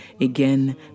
Again